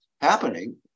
happening